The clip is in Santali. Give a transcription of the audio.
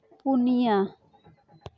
ᱯᱩᱱᱤᱭᱟᱹ